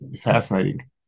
fascinating